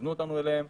כיוונו אותנו אליהם.